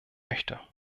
möchte